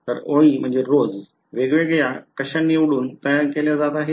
तर ओळी वेगवेगळ्या कशा निवडून तयार केल्या जात आहेत